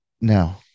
No